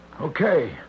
Okay